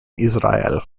israel